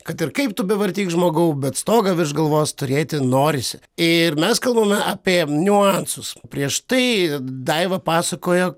kad ir kaip tu bevartyk žmogau bet stogą virš galvos turėti norisi ir mes kalbame apie niuansus prieš tai daiva pasakojo